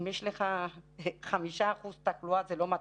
אם יש לך 5% תחלואה זה לא מתאים.